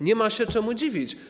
Nie ma się czemu dziwić.